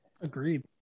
agreed